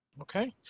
Okay